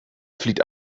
flieht